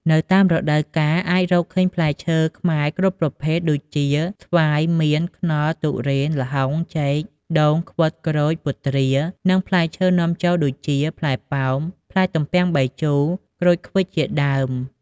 នៅតាមរដូវកាល អាចរកឃើញផ្លែឈើខ្មែរគ្រប់ប្រភេទ ដូចជា ស្វាយ មៀន ខ្នុរ ទុរេន ល្ហុង ចេក ដូង ខ្វិត ក្រូច ពុទ្រា និងផ្លែឈើនាំចូលដូចជា ផ្លែប៉ោម ផ្លែទំពាំងបាយជូរ ក្រូចឃ្វិចជាដើម។